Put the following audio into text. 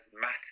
matter